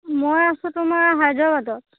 মই আছো তোমাৰ হায়দৰাবাদত